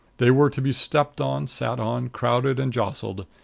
they were to be stepped on, sat on, crowded and jostled.